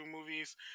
movies